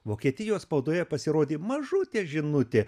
vokietijos spaudoje pasirodė mažutė žinutė